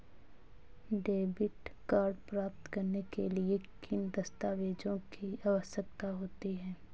Debit card प्राप्त करने के लिए किन दस्तावेज़ों की आवश्यकता होती है?